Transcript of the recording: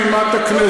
מעל בימת הכנסת,